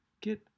get